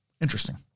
Interesting